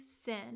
sin